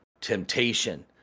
temptation